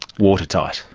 watertight.